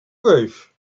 roof